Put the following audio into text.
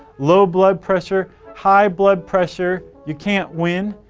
low blood pressure, high blood pressure, you can't win.